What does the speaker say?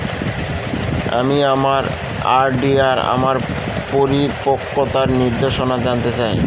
আমি আমার আর.ডি এর আমার পরিপক্কতার নির্দেশনা জানতে চাই